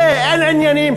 אין זה, אין עניינים.